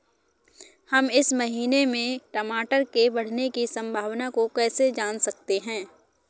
हम इस महीने में टमाटर के बढ़ने की संभावना को कैसे जान सकते हैं?